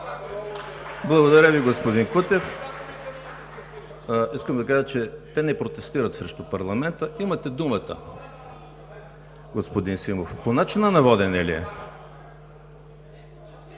Благодаря Ви, господин Кутев. Искам да кажа, че те не протестират срещу парламента. Имате думата, господин Симов. (Реплики.) По начина на водене ли е?